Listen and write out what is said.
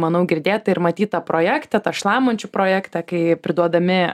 manau girdėtą ir matytą projektą tą šlamančių projektą kai priduodami